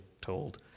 told